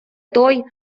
той